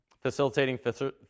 Facilitating